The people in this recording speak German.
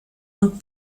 und